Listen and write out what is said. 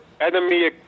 Enemy